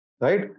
Right